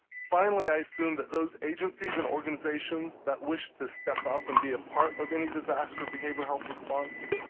finally, i assume that those agencies and organizations that wish to step up and be a part of any disaster behavioral health response,